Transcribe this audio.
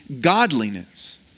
godliness